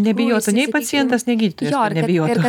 nebijotų nei pacientas nei gydytojas kad nebijotų